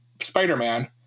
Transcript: Spider-Man